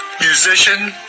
musician